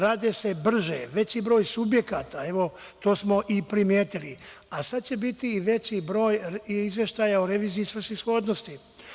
Rade se brže, veći broj subjekata, evo to smo i primetili, a sada će biti i veći broj izveštaja o reviziji i svrsishodnosti.